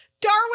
Darwin